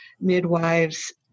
midwives